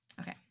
Okay